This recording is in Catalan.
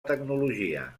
tecnologia